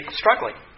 struggling